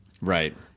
Right